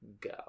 Go